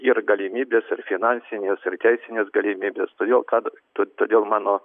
ir galimybes ir finansines ir teisines galimybes todėl kad to todėl mano